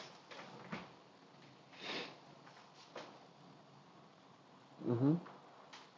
mmhmm